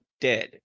dead